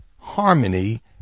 harmony